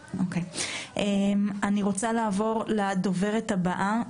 אני רוצה לעבור לדוברת הבאה,